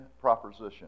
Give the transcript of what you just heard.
proposition